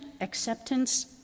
acceptance